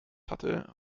hatte